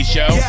Show